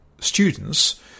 students